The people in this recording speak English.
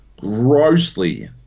grossly